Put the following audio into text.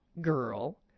girl